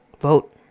vote